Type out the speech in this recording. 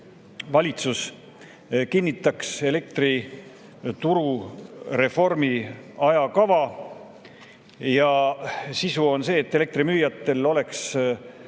valitsus kinnitaks elektrituru reformi ajakava. Sisu on see, et elektrimüüjatel oleks